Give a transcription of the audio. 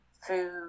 food